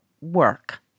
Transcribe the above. work